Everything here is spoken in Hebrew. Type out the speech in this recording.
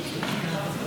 טלי.